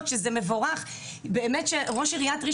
ואני רואה את ההודעות במו עיניי: אם הבת שלי מחרימה את הבת שלך,